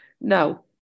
No